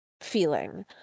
feeling